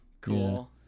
Cool